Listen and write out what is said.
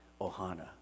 ohana